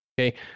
Okay